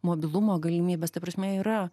mobilumo galimybes ta prasme yra